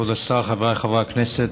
כבוד השר, חבריי חברי הכנסת,